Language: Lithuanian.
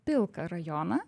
pilką rajoną